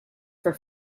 for